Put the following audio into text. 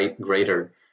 greater